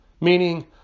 meaning